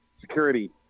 security